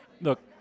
Look